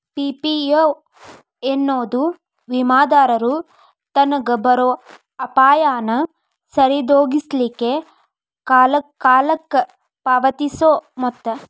PPO ಎನ್ನೊದು ವಿಮಾದಾರರು ತನಗ್ ಬರೊ ಅಪಾಯಾನ ಸರಿದೋಗಿಸ್ಲಿಕ್ಕೆ ಕಾಲಕಾಲಕ್ಕ ಪಾವತಿಸೊ ಮೊತ್ತ